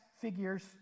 figures